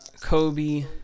Kobe